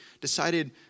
decided